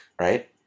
right